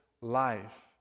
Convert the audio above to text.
life